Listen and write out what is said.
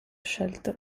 scelto